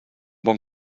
bon